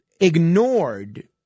ignored